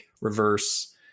reverse